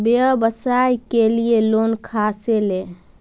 व्यवसाय के लिये लोन खा से ले?